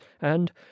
and